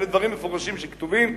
אלה דברים מפורשים שכתובים.